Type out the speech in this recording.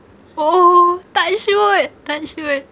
oh touch wood touch wood